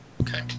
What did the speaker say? Okay